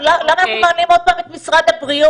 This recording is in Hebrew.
למה אנחנו מעלים עוד פעם את משרד הבריאות?